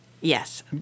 Yes